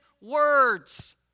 words